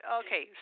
okay